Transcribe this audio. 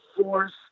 force